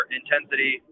intensity